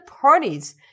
parties